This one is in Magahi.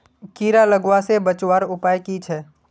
कीड़ा लगवा से बचवार उपाय की छे?